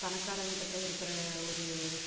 பணக்காரங்கக்கிட்ட இருக்கிற ஒரு